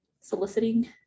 soliciting